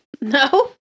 No